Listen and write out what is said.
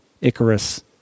Icarus